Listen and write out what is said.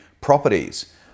properties